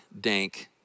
dank